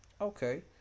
Okay